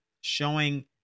Showing